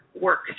work